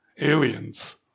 aliens